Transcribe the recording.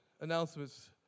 announcements